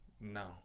no